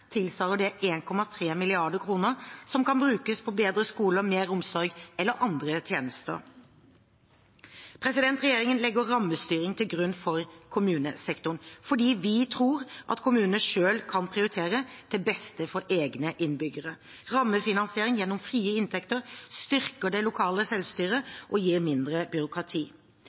tilsvarer det 1,3 mrd. kr som kan brukes på bedre skoler, mer omsorg eller andre tjenester. Regjeringen legger rammestyring til grunn for kommunesektoren, fordi vi tror at kommunene selv kan prioritere til beste for egne innbyggere. Rammefinansiering gjennom frie inntekter styrker det lokale selvstyret og gir mindre byråkrati.